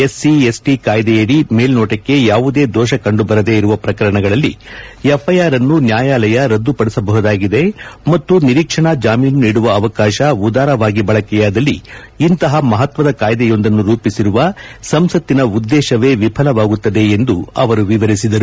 ST ST ಕಾಯ್ಸೆಯಡಿ ಮೇಲ್ನೋಟಕ್ಕೆ ಯಾವುದೇ ದೋಷ ಕಂಡು ಬರದೇ ಇರುವ ಪ್ರಕರಣದಲ್ಲಿ ಎಫ್ಐಆರ್ಅನ್ನು ನ್ಯಾಯಾಲಯ ರದ್ದುಪಡಿಸಬಹುದಾಗಿದೆ ಮತ್ತು ನಿರೀಕ್ಷಣಾ ಜಾಮೀನು ನೀಡುವ ಅವಕಾಶ ಉದಾರವಾಗಿ ಬಳಕೆಯಾದಲ್ಲಿ ಇಂತಹ ಮಹತ್ತದ ಕಾಯ್ದೆಯೊಂದನ್ನು ರೂಪಿಸಿರುವ ಸಂಸತ್ತಿನ ಉದ್ದೇಶವೇ ವಿಫಲವಾಗುತ್ತದೆ ಎಂದು ಅವರು ವಿವರಿಸಿದರು